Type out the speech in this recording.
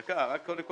רק רגע.